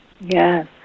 Yes